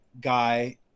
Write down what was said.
guy